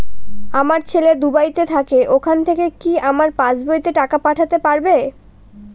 আমার ছেলে দুবাইতে থাকে ওখান থেকে কি আমার পাসবইতে টাকা পাঠাতে পারবে?